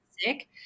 sick